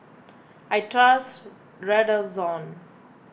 I trust Redoxon